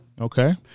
Okay